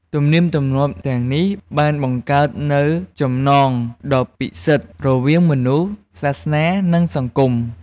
ទំនៀមទម្លាប់ទាំងនេះបានបង្កើតនូវចំណងដ៏ពិសិដ្ឋរវាងមនុស្ស សាសនា និងសង្គម។